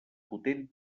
potent